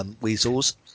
weasels